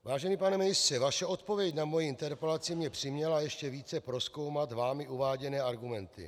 Vážený pane ministře, vaše odpověď na moji interpelaci mě přiměla ještě více prozkoumat vámi uváděné argumenty.